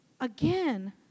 Again